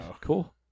cool